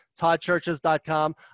toddchurches.com